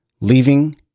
leaving